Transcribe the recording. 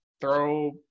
throw